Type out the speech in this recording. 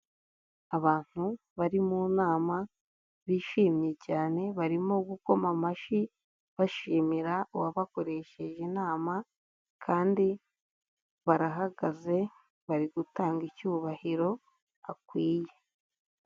Abantu bari mu nama bishimye cyane, barimo gukoma amashyi bashimira uwabakoresheje inama kandi barahagaze bari gutanga icyubahiro akwiye.